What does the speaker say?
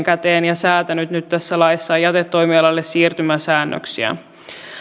käteen ja säätänyt nyt tässä laissa jätetoimialalle siirtymäsäännöksiä